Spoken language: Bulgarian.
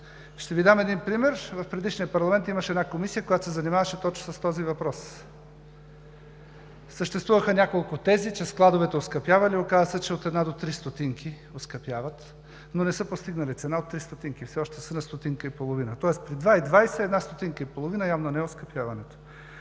Ще Ви дам един пример. В предишния парламент имаше една комисия, която се занимаваше точно с този въпрос. Съществуваха няколко тези, че складовете оскъпявали. Оказа се, че от 1 до 3 стотинки оскъпяват, но не са постигнали цена от 3 стотинки, все още са на стотинка и половина, тоест при 2,20 лв., една стотинка и половина явно е оскъпяването.